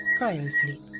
Cryo-sleep